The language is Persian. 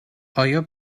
آیا